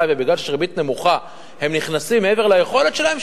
ומשום שיש ריבית נמוכה הם נכנסים מעבר ליכולת שלהם,